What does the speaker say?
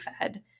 fed